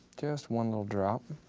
just one little drop.